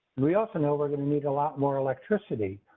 we also know we're going to need a lot more electricity.